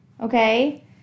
Okay